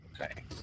Okay